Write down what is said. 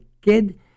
kid